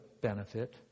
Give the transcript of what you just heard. benefit